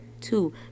two